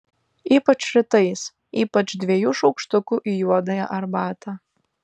ypač rytais ypač dviejų šaukštukų į juodąją arbatą